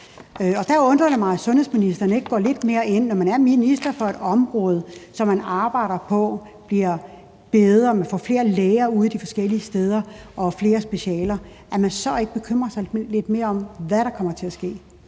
Det undrer mig, at sundhedsministeren ikke går lidt mere ind i det, altså at man, når man er minister for et område, som man arbejder på bliver bedre, hvor der kommer flere læger ud i de forskellige steder og flere specialer, så ikke bekymrer sig lidt mere om, hvad der kommer til at ske.